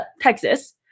Texas